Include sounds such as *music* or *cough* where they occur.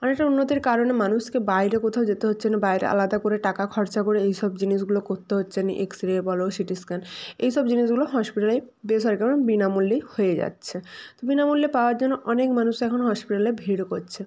অনেকটা উন্নতির কারণে মানুষকে বাইরে কোথাও যেতে হচ্ছে না বাইরে আলাদা করে টাকা খরচা করে এই সব জিনিসগুলো করতে হচ্ছে না এক্স রে বলো সিটি স্ক্যান এই সব জিনিসগুলো হসপিটালে *unintelligible* বিনামূল্যেই হয়ে যাচ্ছে তো বিনামূল্যে পাওয়ার জন্য অনেক মানুষ এখন হসপিটালে ভিড়ও করছে